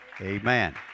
amen